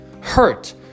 hurt